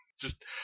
Just-